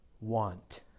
want